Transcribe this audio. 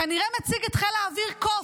כנראה מציג את חיל האוויר קוף.